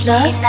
Love